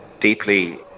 deeply